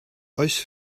oes